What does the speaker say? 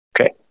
Okay